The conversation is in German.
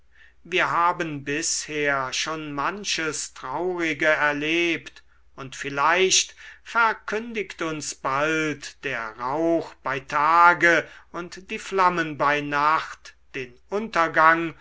wir haben bisher schon manches traurige erlebt und vielleicht verkündigt uns bald der rauch bei tage und die flammen bei nacht den untergang